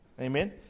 Amen